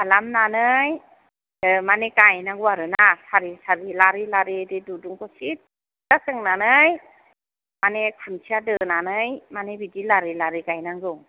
खालामनानै ओ माने गायनांगौ आरो ना सारि सारि लारि लारि बे दुरुंखौ सिदा सोंनानै माने खुन्थिया दोनानै माने बिदि लारि लारि गायनांगौ